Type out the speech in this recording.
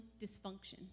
dysfunction